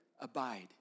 Abide